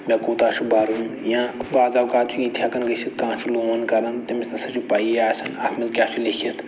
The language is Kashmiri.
مےٚ کوٗتاہ چھِ بَرُن یا بعض اوقات چھِ یِتہِ ہٮ۪کان گٔژھِتھ کانٛہہ چھُ لون کَران تٔمِس نہ سا چھِ پَیی آسان اَتھ منٛز کیٛاہ چھُ لیٚکِتھ